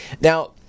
now